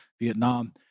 Vietnam